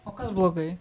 o kas blogai